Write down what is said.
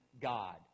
God